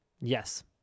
Yes